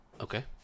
Okay